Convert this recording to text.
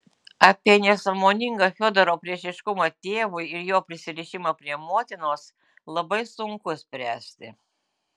apie nesąmoningą fiodoro priešiškumą tėvui ir jo prisirišimą prie motinos labai sunku spręsti